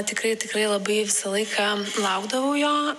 tikrai tikrai labai visą laiką laukdavau jo